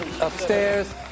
upstairs